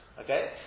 Okay